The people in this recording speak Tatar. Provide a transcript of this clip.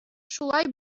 шулай